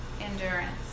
endurance